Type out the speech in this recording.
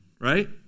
Right